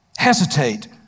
hesitate